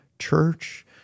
church